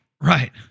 Right